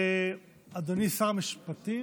אדוני שר המשפטים?